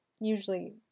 usually